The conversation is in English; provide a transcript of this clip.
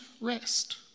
rest